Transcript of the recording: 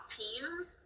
teams